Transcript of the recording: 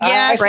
Yes